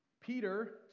Peter